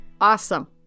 awesome